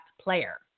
player